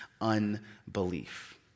unbelief